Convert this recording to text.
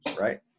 Right